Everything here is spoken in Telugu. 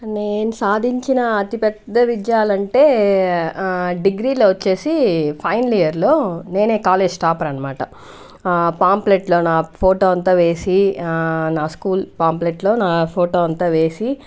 నేను సాధించిన అతి పెద్ద విజయాలు అంటే డిగ్రీ లో వచ్చేసి ఫైనల్ ఇయర్ లో నేనే కాలేజ్ టాపర్ అనమాట ఆ పాంప్లెట్ లో నా ఫోటో అంతా వేసి నా స్కూల్ పాంప్లెట్ లో నా ఫోటో అంతా వేసి